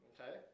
Okay